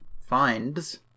...finds